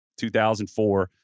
2004